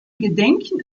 gedenken